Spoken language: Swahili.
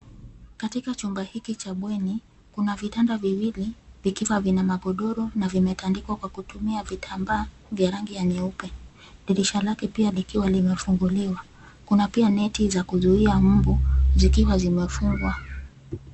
Katika chumba hiki cha bweni kuna vitanda viwili vikiwa vina magodoro na vimetandikwa kutumia vitambaa vya rangi ya nyeupe. Dirisha lake likiwa pia limefunguliwa. Kuna pia neti za kuzuia mbu zikiwa zimefungwa.